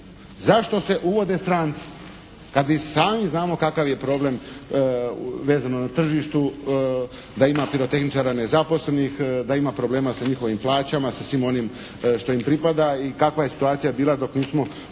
zašto se uvode stranci kad i sami znamo kakav je problem vezano na tržištu, da ima pirotehničara nezaposlenih, da ima problema sa njihovim plaćama, sa svim onim što im pripada i kakva je situacija bila dok nismo